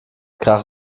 krach